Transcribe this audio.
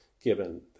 given